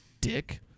Dick